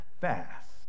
fast